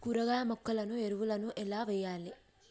కూరగాయ మొక్కలకు ఎరువులను ఎలా వెయ్యాలే?